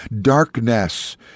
Darkness